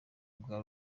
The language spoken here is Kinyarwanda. bwa